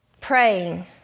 praying